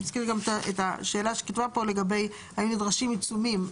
נזכיר גם את השאלה שעלתה פה האם נדרשים עיצומים.